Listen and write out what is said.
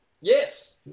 Yes